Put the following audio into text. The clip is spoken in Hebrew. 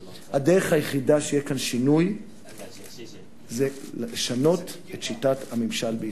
שינוי: הדרך היחידה שיהיה כאן שינוי זה לשנות את שיטת הממשל בישראל.